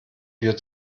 wir